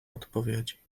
odpowiedzi